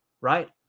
right